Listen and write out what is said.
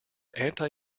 anti